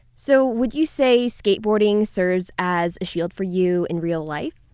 so would you say skateboarding serves as a shield for you in real life?